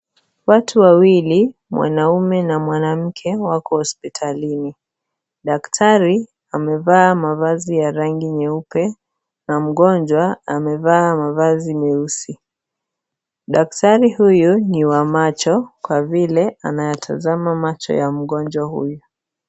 Watu wawili, mwanamume na mwanamke wako hospitalini. Daktari amevaa mavazi ya rangi nyeupe na mgonjwa amevaa mavazi meusi. Daktari huyu ni wa macho kwa vile anayatazama macho ya mgonjwa huyu.